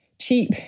Cheap